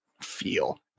feel